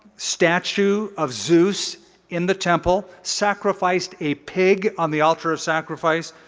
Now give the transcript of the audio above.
statue of zeus in the temple, sacrificed a pig on the altar of sacrifice.